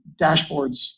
dashboards